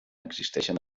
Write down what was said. existeixen